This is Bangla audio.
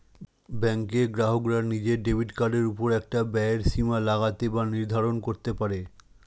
ব্যাঙ্কের গ্রাহকরা নিজের ডেবিট কার্ডের ওপর একটা ব্যয়ের সীমা লাগাতে বা নির্ধারণ করতে পারে